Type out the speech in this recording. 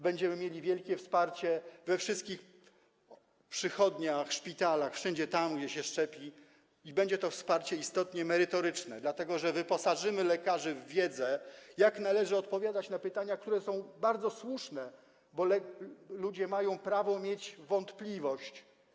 Będziemy mieli wielkie wsparcie we wszystkich przychodniach, szpitalach, wszędzie tam, gdzie się szczepi, i będzie to istotne wsparcie merytoryczne, dlatego że wyposażymy lekarzy w wiedzę o tym, jak należy odpowiadać na pytania, które są bardzo słuszne, bo ludzie mają prawo mieć wątpliwość.